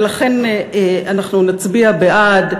ולכן אנחנו נצביע בעד,